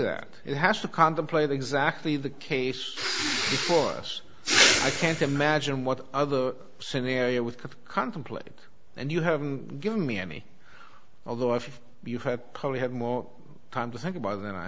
that it has to contemplate exactly the case for us i can't imagine what other scenario with contemplated and you haven't given me any although if you have probably had more time to think about it then i